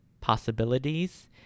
possibilities